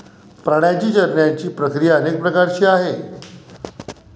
प्राण्यांची चरण्याची प्रक्रिया अनेक प्रकारची आहे